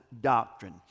doctrine